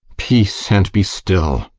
peace, and be still!